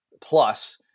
plus